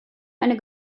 eine